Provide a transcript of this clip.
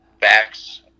facts